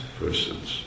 persons